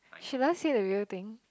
she last year with you think